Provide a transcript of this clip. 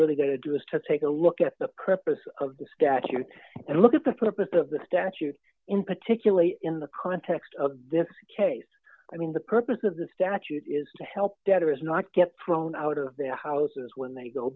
really going to do is to take a look at the purpose of the statute and look at the purpose of the statute in particularly in the context of this case i mean the purpose of the statute is to help debtor is not get thrown out of their houses when they go